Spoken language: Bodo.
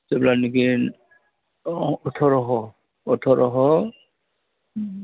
जेब्लानोखि अथरह